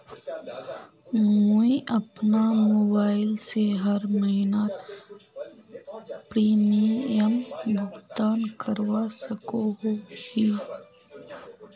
मुई अपना मोबाईल से हर महीनार प्रीमियम भुगतान करवा सकोहो ही?